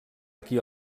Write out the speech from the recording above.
aquí